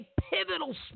pivotal